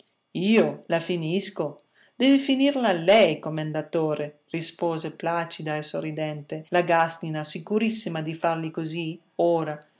io la finisco deve finirla lei commendatore rispose placida e sorridente la gàstina sicurissima di fargli così ora